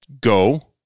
go